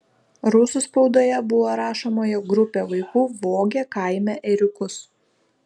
rusų spaudoje buvo rašoma jog grupė vaikų vogė kaime ėriukus